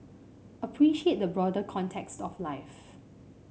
appreciate the broader context of life